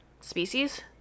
species